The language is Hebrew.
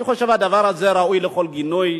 אני חושב שהדבר הזה ראוי לכל גינוי,